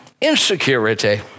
Insecurity